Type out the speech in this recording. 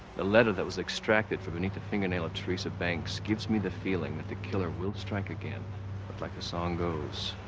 the letter that was extracted from beneath the fingernail of teresa banks gives me the feeling that the killer will strike again. but like the song goes,